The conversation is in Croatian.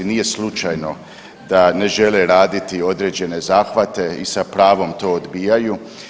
Nije slučajno da ne žele raditi određene zahvate i sa pravom to odbijaju.